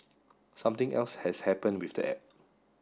something else has happened with the app